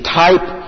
type